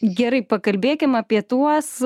gerai pakalbėkim apie tuos